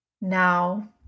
Now